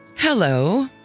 Hello